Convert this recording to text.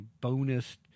bonus